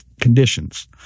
conditions